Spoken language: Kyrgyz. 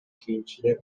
кийинчерээк